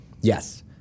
Yes